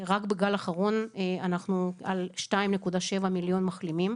רק בגל האחרון אנחנו על 2.7 מיליון מחלימים,